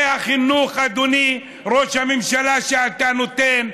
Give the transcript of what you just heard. זה החינוך, אדוני ראש הממשלה, שאתה נותן.